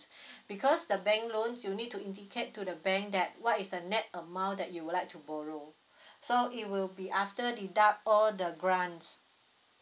because the bank loans you need to indicate to the bank that what is the net amount that you would like to borrow so it will be after deduct all the grants